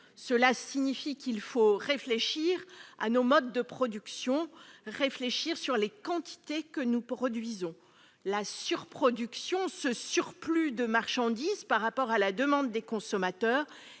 telles situations. Il faut donc réfléchir à nos modes de production et aux quantités que nous produisons. La surproduction, ce surplus de marchandises par rapport à la demande des consommateurs,